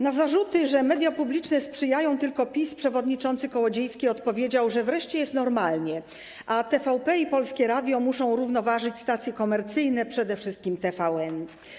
Na zarzuty, że media publiczne sprzyjają tylko PiS, przewodniczący Kołodziejski odpowiedział, że wreszcie jest normalnie, a TVP i Polskie Radio muszą równoważyć stacje komercyjne, przede wszystkim TVN.